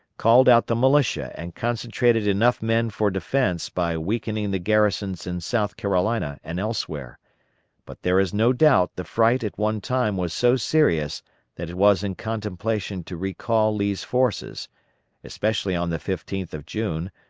called out the militia and concentrated enough men for defence by weakening the garrisons in south carolina and elsewhere but there is no doubt the fright at one time was so serious that it was in contemplation to recall lee's forces especially on the fifteenth of june,